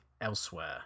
elsewhere